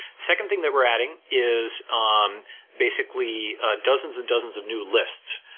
second thing that we're adding is um basically dozens and dozens of new lists.